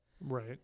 Right